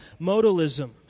modalism